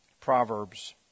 Proverbs